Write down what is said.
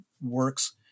works